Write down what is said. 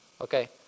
okay